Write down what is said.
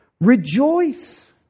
Rejoice